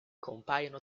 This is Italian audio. compaiono